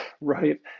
right